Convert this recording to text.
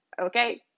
Okay